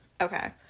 Okay